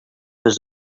his